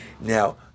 Now